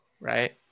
right